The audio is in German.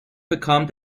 bekam